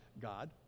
God